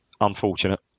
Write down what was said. unfortunate